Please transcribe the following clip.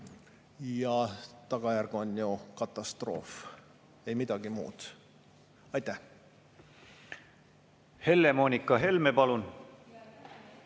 Ja tagajärg on ju katastroof, ei midagi muud.